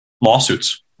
lawsuits